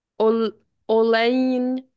Olen